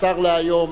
השר היום,